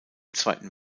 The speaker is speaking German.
zweiten